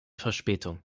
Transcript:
verspätung